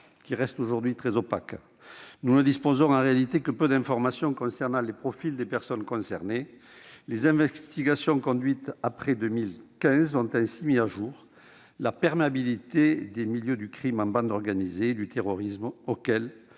qui reste aujourd'hui très opaque. Nous ne disposons en réalité que de peu d'informations sur les profils des personnes concernées. Les investigations conduites après 2015 ont ainsi mis au jour la perméabilité des milieux du crime en bande organisée et du terrorisme, auxquels